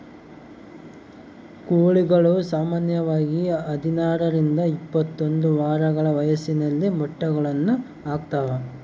ಕೋಳಿಗಳು ಸಾಮಾನ್ಯವಾಗಿ ಹದಿನಾರರಿಂದ ಇಪ್ಪತ್ತೊಂದು ವಾರಗಳ ವಯಸ್ಸಿನಲ್ಲಿ ಮೊಟ್ಟೆಗಳನ್ನು ಹಾಕ್ತಾವ